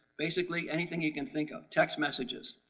basically anything you can think, of text messages,